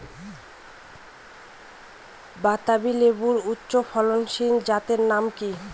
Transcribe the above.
বাতাবি লেবুর উচ্চ ফলনশীল জাতের নাম কি?